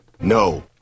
No